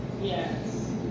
Yes